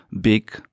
big